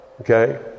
Okay